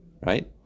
Right